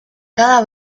cada